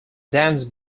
dance